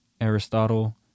Aristotle